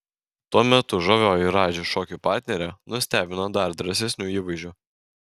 tuo metu žavioji radži šokių partnerė nustebino dar drąsesniu įvaizdžiu